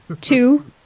two